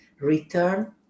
return